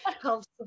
helps